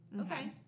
Okay